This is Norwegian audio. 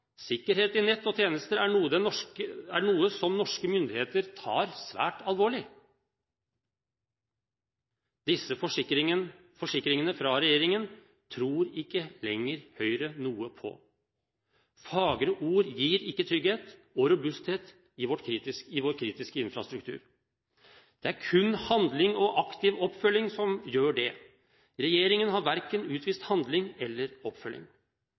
i nett og tjenester er noe som norske myndigheter tar svært alvorlig.» Disse forsikringene fra regjeringen tror ikke lenger Høyre noe på. Fagre ord gir ikke trygghet og robusthet i vår kritiske infrastruktur. Det er kun handling og aktiv oppfølging som gjør det. Regjeringen har verken utvist handling eller oppfølging.